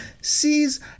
sees